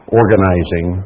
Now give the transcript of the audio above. organizing